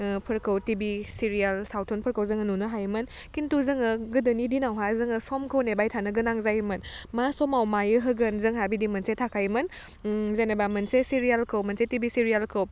ओह फोरखौ TV serial सावथुनफोरखौ जोङो नुनो हायोमोन खिन्थु जोङो गोदोनि दिनावहा जोङो समखौ नेबाय थानो गोनां जायोमोन मा समाव मायो होगोन जोंहा बिदि मोनसे थाखायोमोन ओम जेनेबा मोनसे सिरियालखौ मोनसे टिभि सिरियालखौ